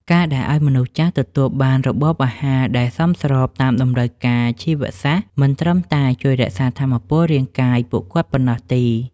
ការដែលឱ្យមនុស្សចាស់ទទួលបានរបបអាហារដែលសមស្របតាមតម្រូវការជីវសាស្ត្រ មិនត្រឹមតែជួយរក្សាថាមពលរាងកាយពួកគាត់ប៉ុណ្ណោះទេ។